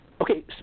Okay